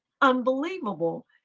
unbelievable